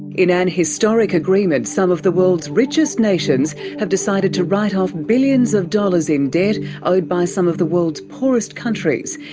in an historic agreement, some of the world's richest nations have decided to write off billions of dollars in debt owed by some of the world's poorest countries.